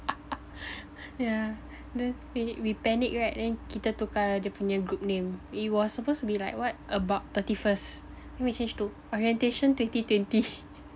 yeah then we ni we panic right then kita tukar dia punya group name it was supposed to be like what about thirty first then we changed to orientation twenty twenty